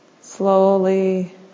slowly